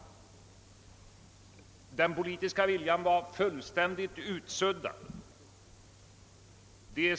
Den politiska viljan var fullständigt obefintlig.